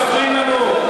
עכשיו אתם מספרים לנו?